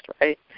right